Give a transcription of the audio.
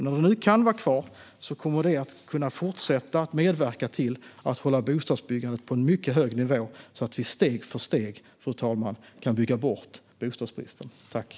När det nu kan vara kvar kommer det att kunna fortsätta att medverka till att hålla bostadsbyggandet på den mycket hög nivå så att vi steg för steg kan bygga bort bostadsbristen, fru talman.